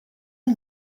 and